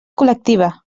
col·lectiva